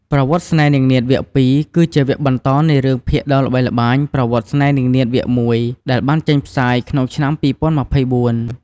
ប្រវត្តិស្នេហ៍នាងនាថវគ្គ ២ គឺជាវគ្គបន្តនៃរឿងភាគដ៏ល្បីល្បាញ "ប្រវត្តិស្នេហ៍នាងនាថ វគ្គ ១" ដែលបានចេញផ្សាយក្នុងឆ្នាំ ២០២៤។